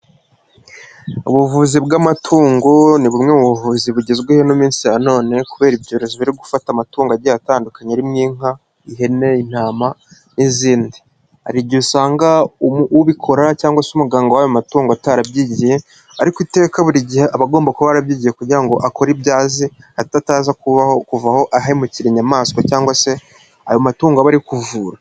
Ubuvuzi bw'amatungo ni bumwe mu buvuzi bugezweho ino minsi ya none, kubera ibyorezo biri gufata amatungo agiye atandukanye arimo inka, ihene, intama n'izindi. hari igihe usanga ubikora cyangwa se umuganga w'ayo matungo atarabyigiye, ariko iteka buri gihehe aba agomba kuba yarabyigiye kugira ngo akore ibyo azi, hato ataza kuvaho ahemukira inyamaswa cyangwa se ayo matungo aba ari kuvura.